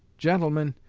gentlemen,